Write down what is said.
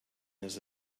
his